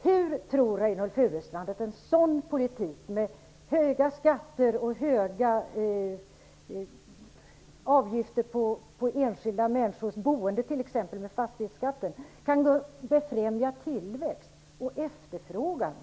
Hur tror Reynoldh Furustrand att en sådan politik, med höga skatter och höga avgifter på t.ex. enskilda människors boende - jag tänker på fastighetsskatten - kan befrämja tillväxt och efterfrågan?